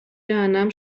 جهنم